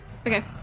Okay